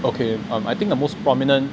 okay um I think the most prominent